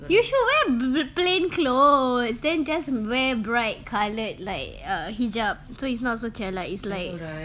you should wear b~ b~ plain clothes then just wear bright coloured like err hijab so it's not so jialat it's like